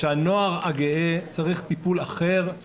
שהנוער הגאה צריך טיפול אחר,